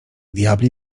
diabli